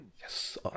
yes